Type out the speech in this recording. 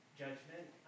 judgment